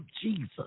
Jesus